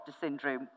syndrome